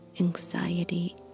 anxiety